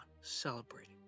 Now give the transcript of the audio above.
celebrating